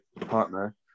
partner